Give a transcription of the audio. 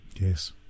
Yes